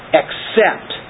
accept